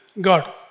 God